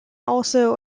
also